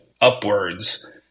upwards